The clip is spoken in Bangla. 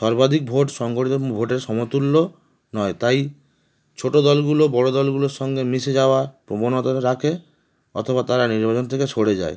সর্বাধিক ভোট সংগট ভোটের সমতুল্য নয় তাই ছোটো দলগুলো বড়ো দলগুলোর সঙ্গে মিশে যাওয়া প্রবণতা রাখে অথবা তারা নির্বাচন থেকে সরে যায়